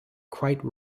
quite